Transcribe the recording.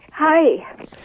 Hi